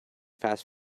fast